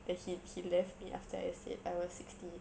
then he he left me after I said I was sixty